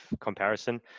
comparison